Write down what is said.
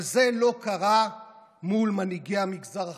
אבל זה לא קרה מול מנהיגי המגזר החרדי,